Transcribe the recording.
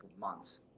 months